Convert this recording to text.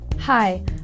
Hi